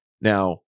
Now